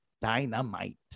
dynamite